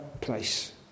place